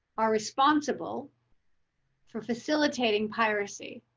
are responsible for facilitating piracy.